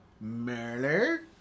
Murder